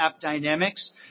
AppDynamics